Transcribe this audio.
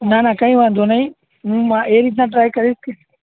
ના ના કંઈ વાંધો નહીં હું એ રીતના ટ્રાય કરીશ કે